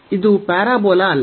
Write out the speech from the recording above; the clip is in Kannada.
ಇದು ಪ್ಯಾರಾಬೋಲಾ ಅಲ್ಲ